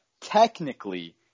technically